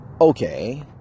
okay